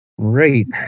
Great